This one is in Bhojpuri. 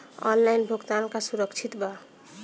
ऑनलाइन भुगतान का सुरक्षित बा?